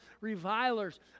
revilers